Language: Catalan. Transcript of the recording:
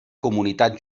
comunitat